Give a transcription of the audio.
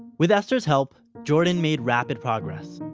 with esther's help, jordan made rapid progress.